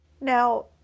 Now